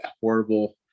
horrible